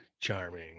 charming